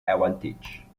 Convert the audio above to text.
advantage